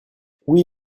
oui